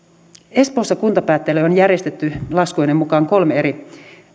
espoossa kuntapäättäjille on järjestetty laskujeni mukaan kolme eri